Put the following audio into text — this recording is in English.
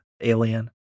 Alien